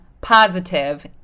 positive